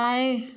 बाएँ